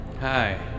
Hi